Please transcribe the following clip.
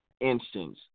instance